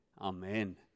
Amen